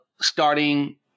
starting